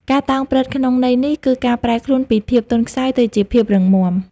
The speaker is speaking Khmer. ការតោងព្រឹត្តិក្នុងន័យនេះ គឺការប្រែខ្លួនពីភាពទន់ខ្សោយទៅជាភាពរឹងមាំ។